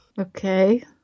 Okay